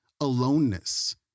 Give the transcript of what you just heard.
aloneness